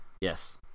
yes